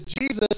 Jesus